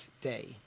day